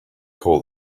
call